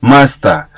Master